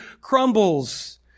crumbles